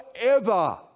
forever